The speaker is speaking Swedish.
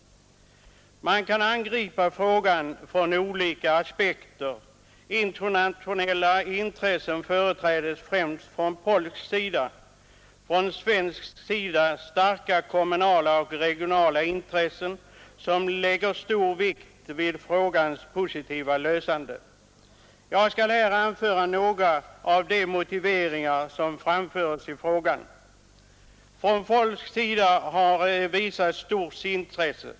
Man kan angripa frågan från olika aspekter. Internationella intressen företrädes främst från polsk sida. Från svensk sida finns starka kommunala och regionala intressen som lägger stor vikt vid frågans positiva lösande. Jag skall här anföra några av de motiveringar som framföres i frågan. Från polsk sida har visats stort intresse.